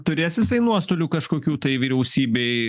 turės jisai nuostolių kažkokių tai vyriausybei